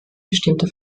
bestimmte